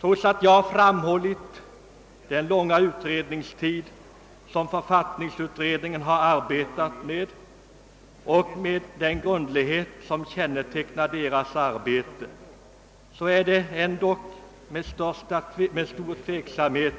Trots att jag har framhållit den långa utredningstid som författningsutredningen har arbetat med och den grundlighet som kännetecknar dess arbete, är det med största tveksamhet